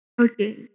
Okay